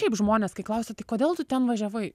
šiaip žmonės kai klausia tai kodėl tu ten važiavai